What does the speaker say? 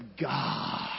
God